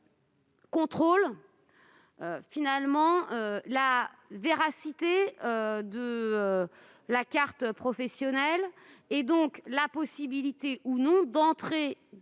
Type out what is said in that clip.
contrôlera l'authenticité de la carte professionnelle et, donc, la possibilité ou non d'entrer